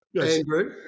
Andrew